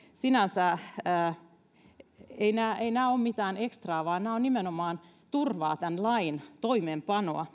sinänsä nämä eivät ole mitään ekstraa vaan kaikki nämä meidän lausumat nimenomaan turvaavat tämän lain toimeenpanoa